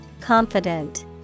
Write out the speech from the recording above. Confident